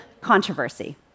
controversy